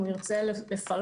ואולי הוא ירצה לפרט.